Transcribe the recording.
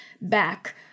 back